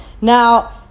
Now